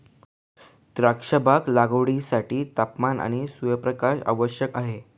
द्राक्षबाग लागवडीसाठी तापमान आणि सूर्यप्रकाश आवश्यक आहे